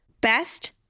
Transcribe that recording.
Best